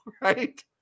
right